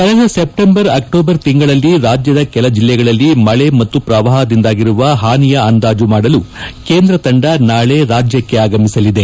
ಕಳೆದ September October ತಿಂಗಳಲ್ಲಿ ರಾಜ್ಯದ ಕೆಲ ಜಿಲ್ಲೆಗಳಲ್ಲಿ ಮಳೆ ಮತ್ತು ಪ್ರವಾಹದಿಂದಾಗಿರುವ ಹಾನಿಯ ಅಂದಾಜು ಮಾಡಲು ಕೇಂದ್ರ ತಂಡ ನಾಳೆ ರಾಜ್ಯಕ್ಷೆ ಆಗಮಿಸಲಿದೆ